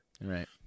Right